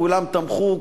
כולם תמכו,